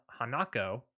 Hanako